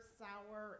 sour